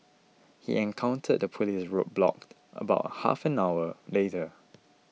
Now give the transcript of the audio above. he encountered a police roadblock about half an hour later